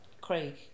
Craig